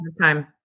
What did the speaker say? time